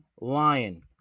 lion